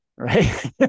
right